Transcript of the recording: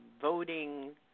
voting